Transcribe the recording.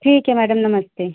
ठीक है मैडम नमस्ते